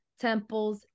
temples